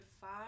five